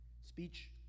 Speech